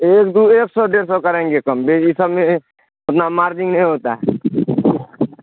ایک دو ایک سو ڈیڑھ سو کریں گے کم یہ سب میں اتنا مارجن نہیں ہوتا